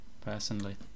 personally